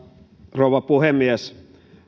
rouva puhemies